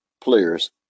players